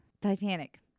Titanic